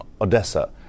Odessa